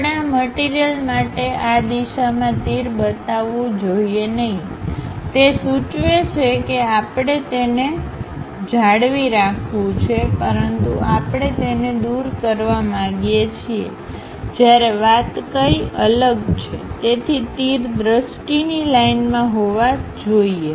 આપણે આ મટીરીયલમાટે આ દિશામાં તીર બતાવવું જોઈએ નહીંતે સૂચવે છે કે આપણે તેને જાળવી રાખવું છે પરંતુ આપણે તેને દૂર કરવા માગીએ છીએ જ્યારે વાત કઈ અલગ છે તેથી તીર દૃષ્ટિની લાઇનમાં હોવા જોઈએ